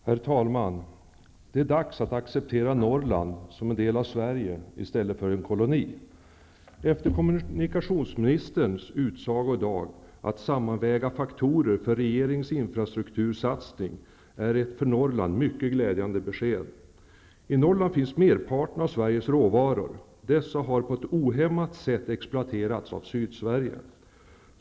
Herr talman! Det är dags att acceptera Norrland som en del av Sverige i stället för en koloni! Kommunikationsministerns utsago i dag att man skall sammanväga faktorer för regeringens infrastruktursatsning är ett för Norrland mycket glädjande besked. I Norrland finns merparten av Sveriges råvaror. Dessa har på ett ohämmat sätt exploaterats av Sydsverige.